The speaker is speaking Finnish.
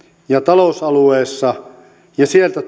ja talousalueessa ja sieltä